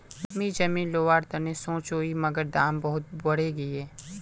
मी जमीन लोवर तने सोचौई मगर दाम बहुत बरेगये